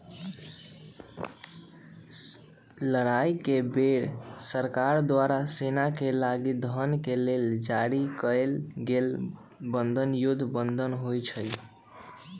लड़ाई के बेर सरकार द्वारा सेनाके लागी धन के लेल जारी कएल गेल बन्धन युद्ध बन्धन होइ छइ